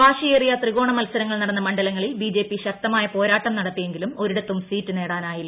വാശിയേറിയ ത്രികോണ മത്സരങ്ങൾ നടന്ന മണ്ഡലങ്ങളിൽ ബി ജെ പി ശക്തമായ പോരാട്ടം നടത്തിയെങ്കിലും ഒരിടത്തും സീറ്റ് നേടാനായില്ല